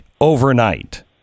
overnight